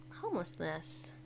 homelessness